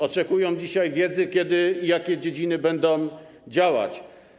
Oczekują dzisiaj wiedzy, kiedy i jakie dziedziny będą działać.